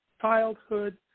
childhood